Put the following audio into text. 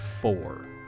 four